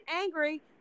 angry